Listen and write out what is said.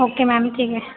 okay ma'am ठीक आहे